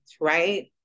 right